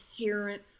inherent